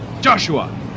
Joshua